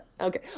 Okay